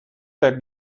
der